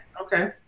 Okay